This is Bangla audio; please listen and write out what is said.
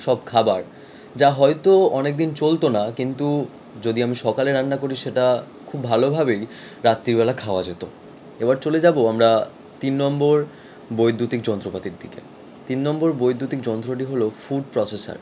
সব খাবার যা হয়তো অনেক দিন চলতো না কিন্তু যদি আমি সকালে রান্না করি সেটা খুব ভালোভাবেই রাত্রিবেলা খাওয়া যেতো এবার চলে যাবো আমার তিন নম্বর বৈদ্যুতিক যন্ত্রপাতির দিকে তিন নম্বর বৈদ্যুতিক যন্ত্রটি হলো ফুড প্রসেসার